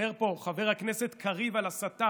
דיבר פה חבר הכנסת קריב על הסתה,